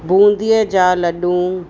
बूंदीअ जा लड्डू